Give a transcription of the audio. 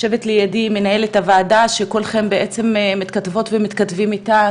יושבת לידי מנהלת הוועדה שכולכם בעצם מתכתבות ומתכתבים איתה,